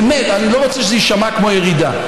באמת, אני לא רוצה שזה יישמע כמו ירידה.